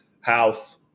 House